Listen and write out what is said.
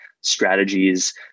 strategies